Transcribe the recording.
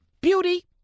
beauty